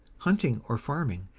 hunting, or farming,